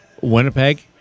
Winnipeg